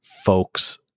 Folks